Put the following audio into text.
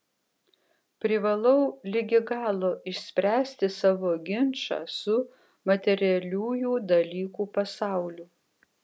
privalau ligi galo išspręsti savo ginčą su materialiųjų dalykų pasauliu